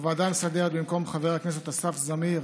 בוועדה המסדרת, במקום חבר הכנסת אסף זמיר